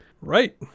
Right